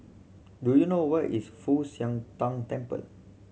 do you know where is Fu Tang Temple